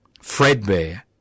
Fredbear